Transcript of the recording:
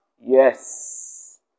Yes